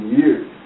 years